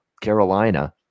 Carolina